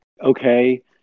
okay